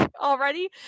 already